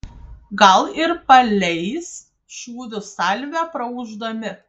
gal ir paleis šūvių salvę praūždami